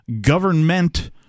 government